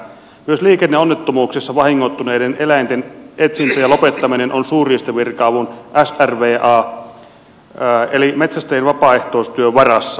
myös liikenneonnettomuuksissa vahingoittuneiden eläinten etsintä ja lopettaminen on suurriistavirka avun eli metsästäjien vapaaehtoisuustyön varassa